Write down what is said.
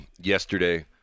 yesterday